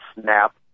snap